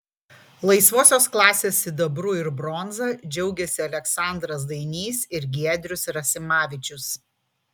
laisvosios klasės sidabru ir bronza džiaugėsi aleksandras dainys ir giedrius rasimavičius